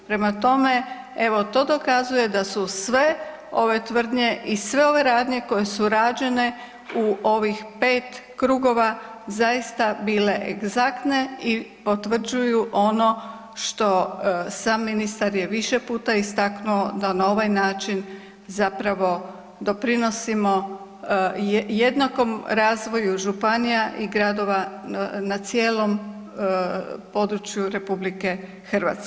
Prema tome, evo to dokazuje da su sve ove tvrdnje i sve ove radnje koje su rađene u ovih pet krugova zaista bile egzaktne i potvrđuju ono što je i sam ministar više puta istaknuo da na ovaj način doprinosimo jednakom razvoju županija i gradova na cijelom području RH.